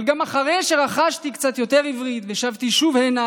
אבל גם אחרי שרכשתי קצת יותר עברית ושבתי שוב הנה,